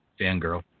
fangirl